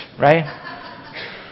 Right